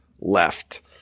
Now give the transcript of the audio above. left